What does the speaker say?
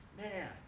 Man